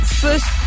first